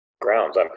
grounds